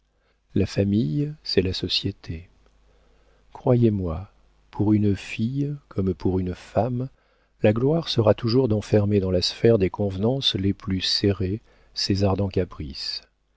la famille c'est la société croyez-moi pour une fille comme pour une femme la gloire sera toujours d'enfermer dans la sphère des convenances les plus serrées ses ardents caprices